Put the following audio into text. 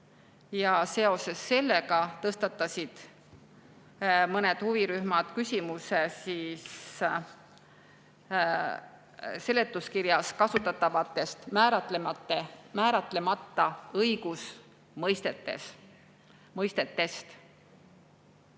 Seoses sellega tõstatasid mõned huvirühmad küsimuse seletuskirjas kasutatud määratlemata õigusmõistest.